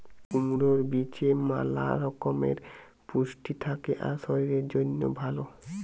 কুমড়োর বীজে ম্যালা রকমের পুষ্টি থাকে আর শরীরের জন্যে ভালো